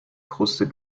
kruste